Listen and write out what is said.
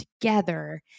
together